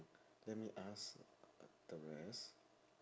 let me ask the rest